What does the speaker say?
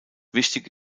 wichtig